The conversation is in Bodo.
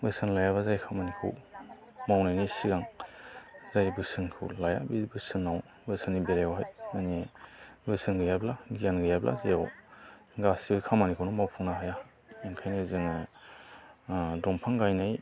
बोसोन लायाब्ला जाय खामानिखौ मावनायनि सिगां जाय बोसोनखौ लाया बि बोसोनाव बोसोननि बेलायावहाय नोंनि बोसोन गैयाब्ला गियान गैयाब्ला जिउआव गासिबो खामानिखौनो मावफुंनो हाया ओंखायनो जोङो ओ दंफां गायनाय